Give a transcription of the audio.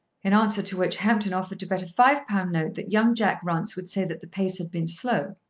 in answer to which hampton offered to bet a five-pound note that young jack runce would say that the pace had been slow.